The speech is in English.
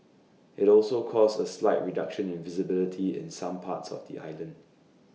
IT also caused A slight reduction in visibility in some parts of the island